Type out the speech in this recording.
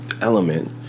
element